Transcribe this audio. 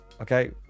okay